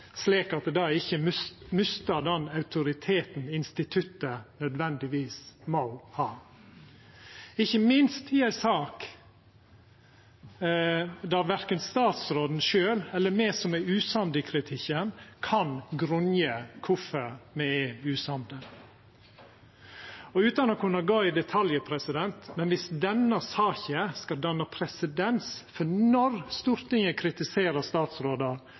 slik at ikkje instituttet mistar den autoriteten det nødvendigvis må ha – ikkje minst i ei sak der verken statsråden sjølv eller me som er usamde i kritikken, kan grunngje kvifor me er usamde. Utan å kunna gå i detalj: Dersom denne saka skal danna presedens for når Stortinget kritiserer